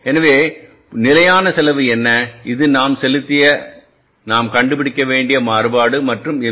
எனவே நிலையான செலவு என்ன இது நாம் செலுத்தியநாம் கண்டுபிடிக்க வேண்டிய மாறுபாடு மற்றும் இது எம்